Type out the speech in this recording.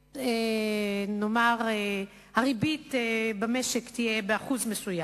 נאמר, הריבית במשק תהיה באחוז מסוים,